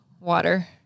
water